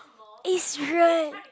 eh serious